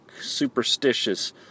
superstitious